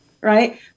right